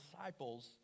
disciples